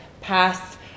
passed